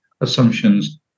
assumptions